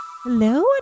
Hello